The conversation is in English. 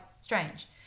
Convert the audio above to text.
strange